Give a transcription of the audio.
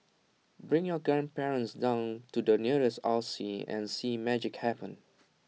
bring your grandparents down to the nearest R C and see magic happen